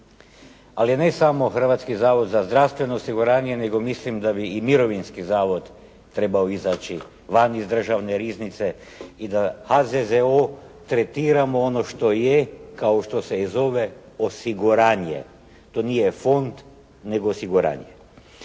ali ne samo Hrvatski zavod za zdravstveno osiguranje, nego mislim da bi i mirovinski zavod trebao izaći van iz državne riznice i da HZZO tretira ono što je, kao što se i zove, osiguranje. To nije fond, nego osiguranje.